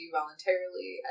voluntarily